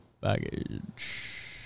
Baggage